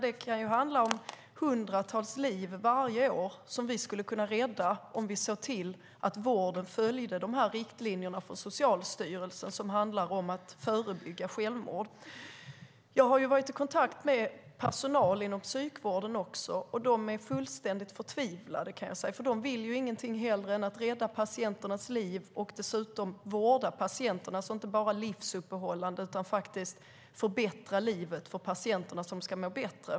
Det kan ju handla om hundratals liv varje år som vi skulle kunna rädda om vi såg till att vården följde de riktlinjer för Socialstyrelsen som handlar om att förebygga självmord. Jag har också varit i kontakt med personal inom psykvården, och de är fullständigt förtvivlade. De vill ingenting hellre än att rädda patienternas liv och dessutom vårda patienterna, inte bara göra livsuppehållande insatser utan insatser för att förbättra livet för patienterna så att de mår bättre.